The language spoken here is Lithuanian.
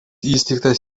įsteigtas